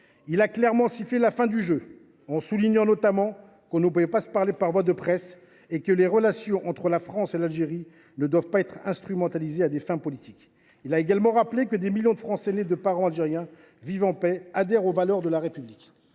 Il a clairement sifflé la fin du jeu en soulignant notamment que l’« on ne peut pas se parler par voie de presse », et que les relations entre la France et l’Algérie ne doivent pas être instrumentalisées à des fins politiques. Il a également rappelé que des millions de Français, nés de parents algériens, « vivent en paix, adhérant aux valeurs de la République